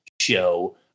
show